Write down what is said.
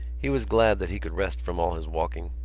he was glad that he could rest from all his walking.